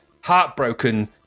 heartbroken